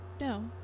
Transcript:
No